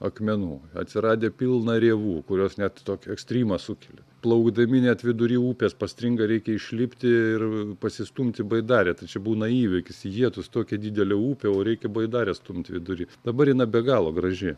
akmenų atsiradę pilna rėvų kurios net tokį ekstrymą sukelia plaukdami net vidury upės pastringa reikia išlipti ir pasistumti baidarę tai čia būna įvykis jėtus tokia didelė upė o reikia baidarę stumt vidury dabar jinai be galo graži